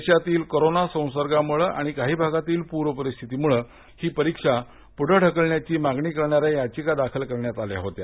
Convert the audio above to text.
देशातील कोरोना संसर्गामुळे आणि काही भागातील पूरपरिस्थितीमुळे ही परीक्षा पुढे ढकलण्याची मागणी करणाऱ्या याचिका दाखल करण्यात आल्या होत्या